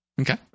okay